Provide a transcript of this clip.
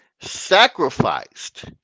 sacrificed